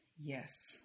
Yes